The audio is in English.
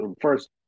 first